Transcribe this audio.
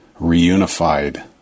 reunified